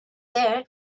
there